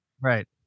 Right